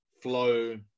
flow